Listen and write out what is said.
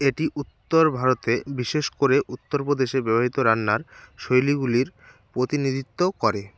এটি উত্তর ভারতে বিশেষ করে উত্তরপ্রদেশে ব্যবহৃত রান্নার শৈলীগুলির পোতিনিধিত্বও করে